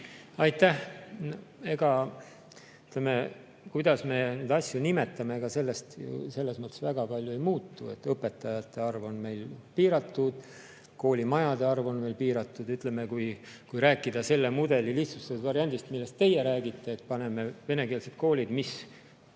sellest, kuidas me neid asju nimetame, ju selles mõttes väga palju ei muutu. Õpetajate arv on meil piiratud, koolimajade arv on veel piiratum. Ütleme, kui rääkida selle mudeli lihtsustatud variandist, millest teie räägite, et paneme venekeelsed koolid, mis